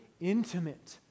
intimate